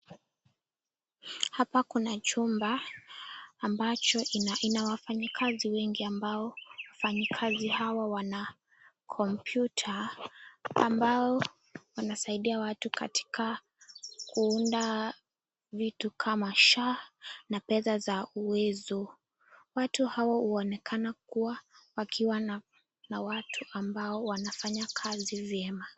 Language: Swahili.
Hapa kuna chumba, ambacho ina wafanyikazi wengi, amabo wafanyi kazi ambao wana kompyuta, ambao wanasaidia watu katika kuunda vitu kama shaa na pesa za uwezo, watu wao huonekana kuwa wanafanya kazi vyema.